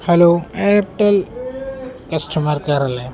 hello Airtel customer care അല്ലേ